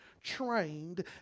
trained